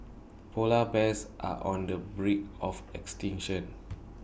Polar Bears are on the brink of extinction